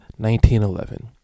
1911